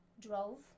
Drove